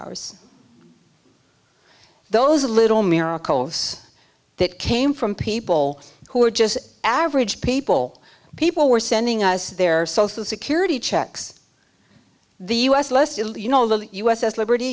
hours those little miracles that came from people who were just average people people were sending us their social security checks the u s list you know the u s s liberty